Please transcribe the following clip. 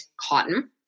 cotton